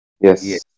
Yes